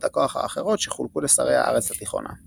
הכוח האחרות שחולקו לשרי הארץ התיכונה.